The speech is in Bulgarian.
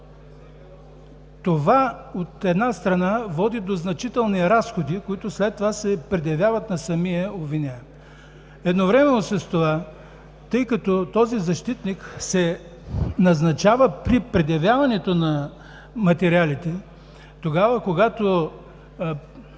Това, от една страна, води до значителни разходи, които след това се предявяват на самия обвиняем. Едновременно с това, тъй като този защитник се назначава при предявяването на материалите, когато